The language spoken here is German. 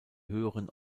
höheren